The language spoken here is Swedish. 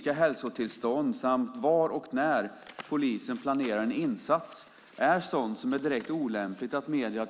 Jag tackar ministern för svaret.